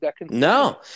No